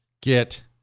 Get